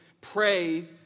pray